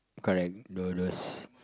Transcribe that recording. correct the those